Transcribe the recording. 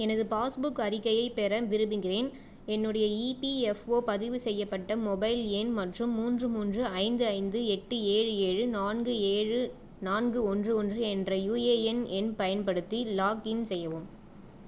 எனது பாஸ்புக் அறிக்கையைப் பெற விரும்புகிறேன் என்னுடைய இபிஎஃப்ஓ பதிவு செய்யப்பட்ட மொபைல் எண் மற்றும் மூன்று மூன்று ஐந்து ஐந்து எட்டு ஏழு ஏழு நான்கு ஏழு நான்கு ஒன்று ஒன்று என்ற யூஏஎன் எண் பயன்படுத்தி லாகின் செய்யவும்